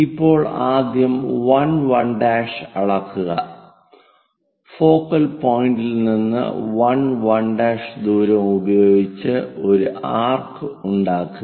ഇപ്പോൾ ആദ്യം 1 1' അളക്കുക ഫോക്കൽ പോയിന്റിൽ നിന്ന് 1 1' ദൂരം ഉപയോഗിച്ച് ഒരു ആർക്ക് ഉണ്ടാക്കുക